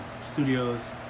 studios